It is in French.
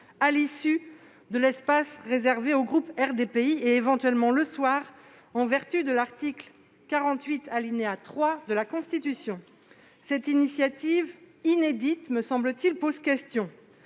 à l'issue de l'espace réservé au groupe RDPI, et éventuellement le soir, en vertu de l'article 48, alinéa 3, de la Constitution. Cette initiative inédite, me semble-t-il, pose question.